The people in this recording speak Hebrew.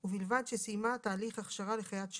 יבוא: ""חיית שירות"